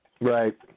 Right